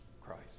Christ